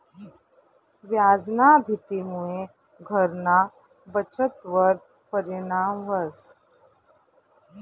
व्याजना भीतीमुये घरना बचतवर परिणाम व्हस